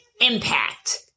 impact